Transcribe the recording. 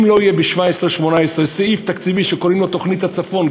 אם לא יהיה ב-17'-18' סעיף תקציבי שקוראים לו תוכנית הצפון,